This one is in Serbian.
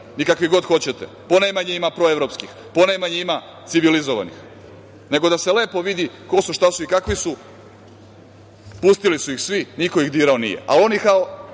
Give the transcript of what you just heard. ni kakvih god hoćete, ponajmanje ima proevropskih, ponajmanje ima civilizovanih. Nego da se lepo vidi ko su, šta su i odakle su, pustili su ih svi, niko ih dirao nije, a oni kao